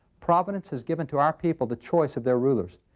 providence has given to our people the choice of their rulers,